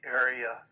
area